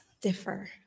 differ